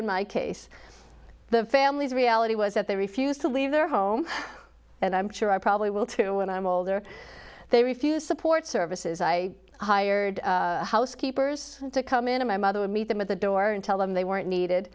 in my case the family's reality was that they refused to leave their home and i'm sure i probably will too when i'm older they refuse support services i hired housekeepers to come in to my mother would meet them at the door and tell them they weren't needed